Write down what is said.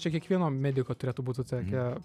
čia kiekvieno mediko turėtų būti tokia